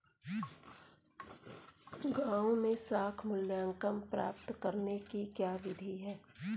गाँवों में साख मूल्यांकन प्राप्त करने की क्या विधि है?